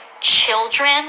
children